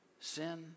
sin